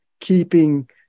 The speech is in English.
keeping